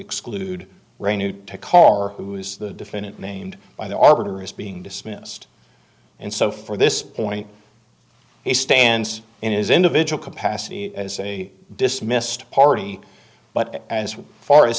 exclude ray new to carr who is the defendant named by the arbiter as being dismissed and so for this point he stands in his individual capacity as a dismissed party but as far as